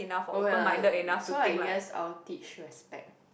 oh ya so I guess I will teach you aspect